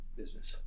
business